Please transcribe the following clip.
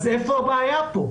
אם כן, איפה הבעיה כאן?